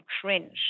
cringe